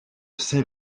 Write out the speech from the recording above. saint